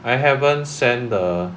I haven't send the